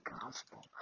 gospel